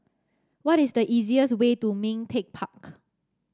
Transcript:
what is the easiest way to Ming Teck Park